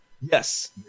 Yes